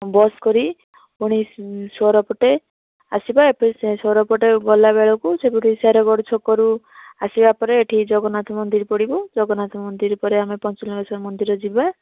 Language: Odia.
ବସ୍ କରି ପୁଣି ସୋରୋ ପଟେ ଆସିବା ଏବେ ସେ ସୋରୋ ପଟେ ଗଲାବେଳକୁ ସେପଟେ ଶେରଗଡ଼ ଛକରୁ ଆସିବାପରେ ଏଠି ଜଗନ୍ନାଥ ମନ୍ଦିର ପଡ଼ିବ ଜଗନ୍ନାଥ ମନ୍ଦିର ପରେ ଆମେ ପଞ୍ଚଲିଙ୍ଗେଶ୍ୱର ମନ୍ଦିର ଯିବା